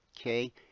okay